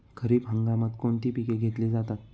खरीप हंगामात कोणती पिके घेतली जातात?